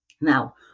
now